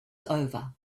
over